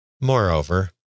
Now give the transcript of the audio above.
Moreover